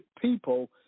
people